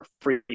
free